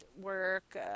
work